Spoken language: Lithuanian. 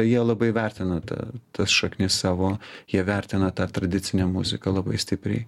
jie labai vertina tą tas šaknis savo jie vertina tą tradicinę muziką labai stipriai